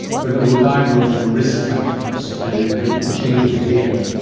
but it will diagnose your risk factors and you could change your behaviour.